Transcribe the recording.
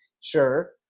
sure